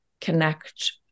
connect